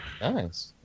Nice